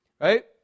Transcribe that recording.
right